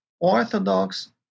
Orthodox